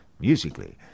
musically